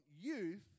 youth